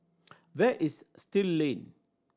where is Still Lane